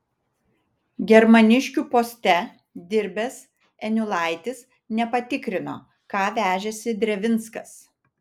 germaniškių poste dirbęs eniulaitis nepatikrino ką vežėsi drevinskas